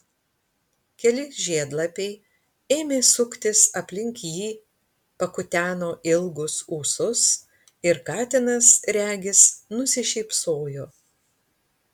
keli žiedlapiai ėmė suktis aplink jį pakuteno ilgus ūsus ir katinas regis nusišypsojo